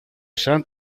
σαν